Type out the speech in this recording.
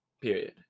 period